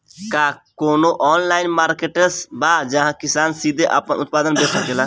का कोनो online marketplace बा जहां किसान सीधे अपन उत्पाद बेच सकता?